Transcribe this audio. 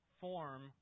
form